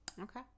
Okay